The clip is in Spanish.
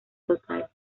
total